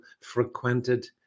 frequented